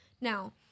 Now